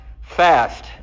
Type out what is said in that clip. fast